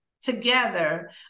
together